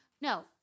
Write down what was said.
No